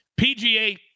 PGA